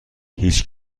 هیچ